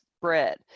bread